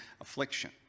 affliction